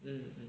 mm